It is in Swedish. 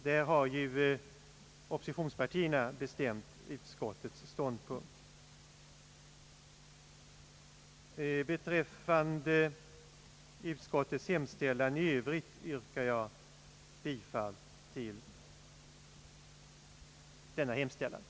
Där har ju Ooppositionspartierna bestämt utskottets ståndpunkt. I övrigt yrkar jag bifall till utskottets hemställan.